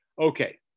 okay